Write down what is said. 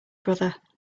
brother